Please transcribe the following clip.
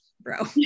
bro